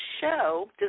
show